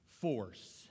force